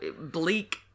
bleak